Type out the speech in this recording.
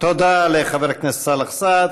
תודה לחבר הכנסת סאלח סעד.